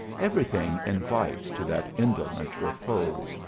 every thing invites to that indolent repose,